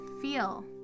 feel